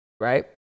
Right